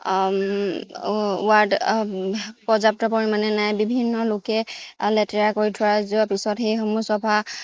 ward পৰ্যাপ্ত পৰিমাণে নাই বিভিন্ন লোকে লেতেৰা কৰি থোৱা যোৱাৰ পিছত সেইসমূহ চফা